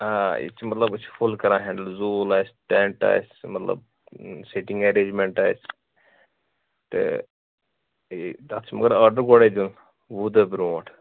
آ یہِ چھِ مطلب أسۍ چھِ فُل کران ہٮ۪نٛڈٕل زوٗل آسہِ ٹیٚنٹ آسہِ مطلب سِٹِنٛگ ایٚرینجمیٚنٛٹ آسہِ تہٕ تَتھ چھِ مگر آرڈَر گۄڈٕے دیُن وُہ دۄہ بروٗنٛٹھ